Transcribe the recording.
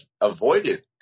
avoided